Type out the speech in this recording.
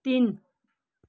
तिन